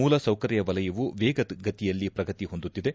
ಮೂಲ ಸೌಕರ್ವಲಯವು ವೇಗಗತಿಯಲ್ಲಿ ಪ್ರಗತಿ ಹೊಂದುತ್ತಿದೆ